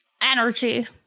Energy